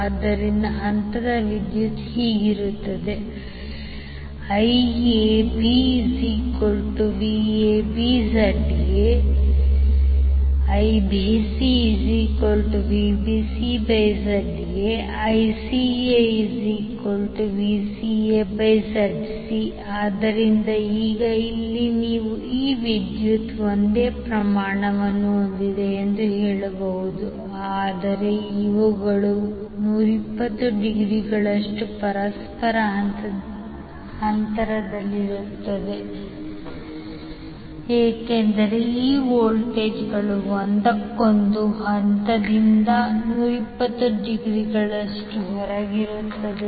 ಆದ್ದರಿಂದ ಹಂತದ ವಿದ್ಯುತ್ ಇರುತ್ತದೆ IABVABZ∆ IBCVBCZ∆ ICAVCAZ∆ ಆದ್ದರಿಂದ ಈಗ ಇಲ್ಲಿ ನೀವು ಈ ವಿದ್ಯುತ್ ಒಂದೇ ಪ್ರಮಾಣವನ್ನು ಹೊಂದಿವೆ ಎಂದು ಹೇಳಬಹುದು ಆದರೆ ಇವುಗಳು 120 ಡಿಗ್ರಿಗಳಷ್ಟು ಪರಸ್ಪರ ಹಂತದಿಂದ ಹೊರಗುಳಿಯುತ್ತವೆ ಏಕೆಂದರೆ ಈ ವೋಲ್ಟೇಜ್ಗಳು ಒಂದಕ್ಕೊಂದು ಹಂತದಿಂದ 120 ಡಿಗ್ರಿಗಳಷ್ಟು ಹೊರಗಿರುತ್ತವೆ